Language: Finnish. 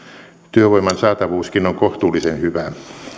työvoiman saatavuuskin on kohtuullisen hyvä